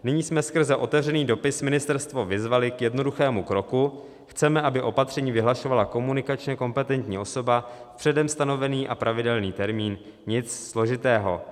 Nyní jsme skrze otevřený dopis ministerstvo vyzvali k jednoduchému kroku, chceme, aby opatření vyhlašovala komunikačně kompetentní osoba, předem stanovený a pravidelný termín, nic složitého.